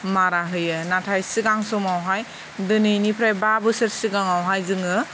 मारा होयो नाथाय सिगां समावहाय दिनैनिफ्राय बा बोसोर सिगाङावहाय जोङो